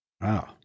Wow